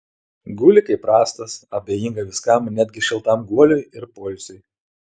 guli kaip rąstas abejinga viskam netgi šiltam guoliui ir poilsiui